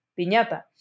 piñata